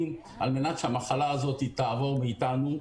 על מנת שהמחלה הזאת תעבור מאיתנו,